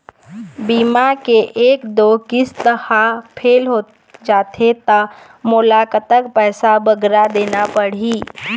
बीमा के एक दो किस्त हा फेल होथे जा थे ता मोला कतक पैसा बगरा देना पड़ही ही?